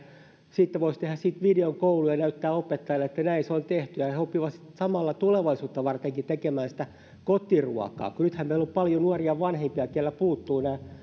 sitten voisi tehdä siitä videon kouluun ja näyttää opettajalle että näin se on tehty ja he oppivat sitten samalla tulevaisuuttakin varten tekemään sitä kotiruokaa nythän meillä on paljon nuoria vanhempia keiltä puuttuu nämä